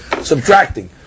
subtracting